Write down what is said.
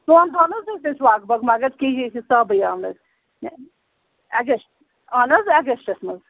ژۄن دۄہَن حظ ٲسۍ أسۍ لگ بگ مگر کِہیٖنۍ حِسابٕے آو نہٕ اَگَسٹ اہن حظ اَگسٹَس منٛز